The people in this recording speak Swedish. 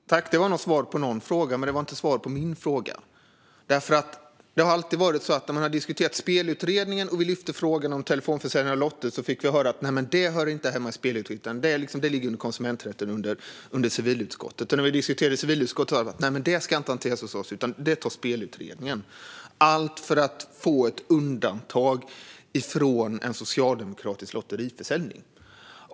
Fru talman! Tack, det var nog svar på någon fråga, men det var inte svar på min fråga. När man har diskuterat Spelutredningen och vi har lyft frågan om telefonförsäljning av lotter har vi alltid fått höra: Nej, det hör inte hemma i Spelutredningen, utan det ligger i konsumenträtten under civilutskottet. Och när vi har diskuterat frågan i civilutskottet har vi fått höra: Nej, det ska inte hanteras hos oss, utan det tar Spelutredningen. Allt detta har man gjort för att få ett undantag för en socialdemokratisk lotteriförsäljning.